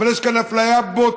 אבל יש כאן אפליה בוטה,